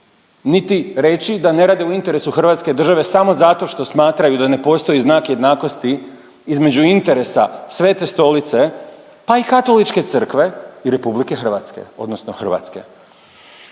niti reći da ne rade u interesu Hrvatske države samo zato što smatraju da ne postoji znak jednakosti između interesa Svete stolice pa i Katoličke crkve i RH odnosno Hrvatske.